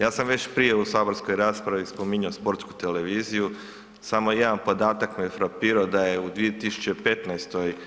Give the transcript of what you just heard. Ja sam već prije u saborskoj raspravi spominjao Sportsku televiziju, samo jedan podatak me frapirao da je u 2015.